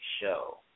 show